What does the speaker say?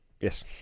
Yes